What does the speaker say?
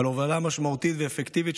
על הובלה משמעותית ואפקטיבית,